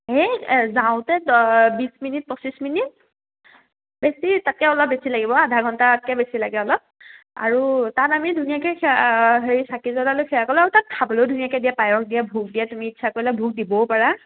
এই যাওঁতে বিছ মিনিট পঁচিছ মিনিট বেছি তাতকৈ অলপ বেছি লাগিব আধা ঘণ্টাতকৈ বেছি লাগে অলপ আৰু তাত আমি ধুনীয়াকৈ সে হেৰি চাকি জ্বলালো সেৱা কৰিলো আৰু তাত খাবলৈও ধুনীয়াকৈ দিয়া পায়স দিয়ে ভোগ দিয়ে তুমি ইচ্ছা কৰিলে ভোগ দিবও পাৰা